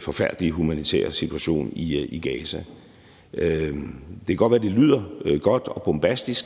forfærdelige humanitære situation i Gaza. Det kan godt være, at det lyder godt og bombastisk,